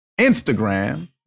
Instagram